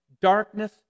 Darkness